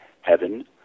heaven